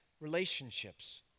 relationships